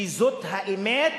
כי זאת האמת,